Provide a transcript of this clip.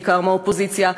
בעיקר מהאופוזיציה,